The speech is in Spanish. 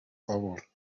favor